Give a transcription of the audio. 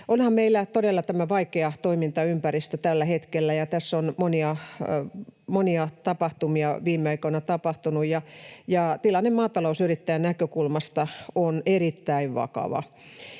on todella vaikea tällä hetkellä. Tässä on monia tapahtumia viime aikoina tapahtunut, ja tilanne maatalousyrittäjän näkökulmasta on erittäin vakava.